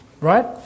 Right